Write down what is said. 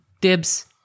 Dibs